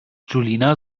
julina